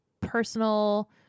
personal